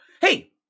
Hey